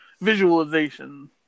visualization